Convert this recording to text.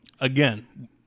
again